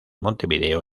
montevideo